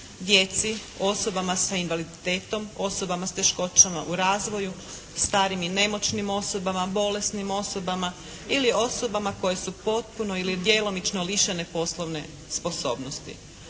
djeci, osobama sa invaliditetom, osobama sa teškoćama u razvoju, starim i nemoćnim osobama, bolesnim osobama ili osobama koje su potpuno ili djelomično lišene poslovne sposobnosti.